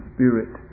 Spirit